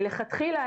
מלכתחילה,